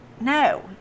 No